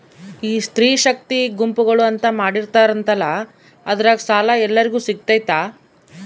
ಈ ಸ್ತ್ರೇ ಶಕ್ತಿ ಗುಂಪುಗಳು ಅಂತ ಮಾಡಿರ್ತಾರಂತಲ ಅದ್ರಾಗ ಸಾಲ ಎಲ್ಲರಿಗೂ ಸಿಗತೈತಾ?